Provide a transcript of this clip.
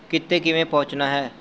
ਕਿਤੇ ਕਿਵੇਂ ਪਹੁੰਚਣਾ ਹੈ